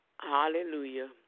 hallelujah